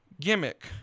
gimmick